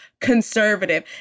conservative